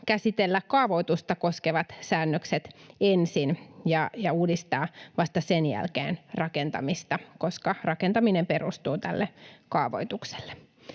käsitellä kaavoitusta koskevat säännökset ensin ja uudistaa vasta sen jälkeen rakentamista, koska rakentaminen perustuu tälle kaavoitukselle.